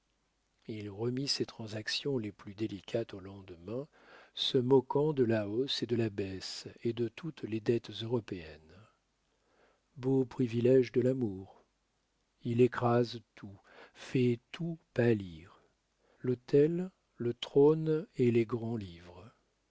il remit ses transactions les plus délicates au lendemain se moquant de la hausse et de la baisse et de toutes les dettes européennes beau privilége de l'amour il écrase tout fait tout pâlir l'autel le trône et les grands livres